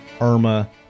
Irma